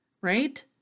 right